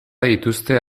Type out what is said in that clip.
dituzte